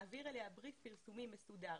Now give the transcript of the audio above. מעביר אליה בריף פרסומים מסודר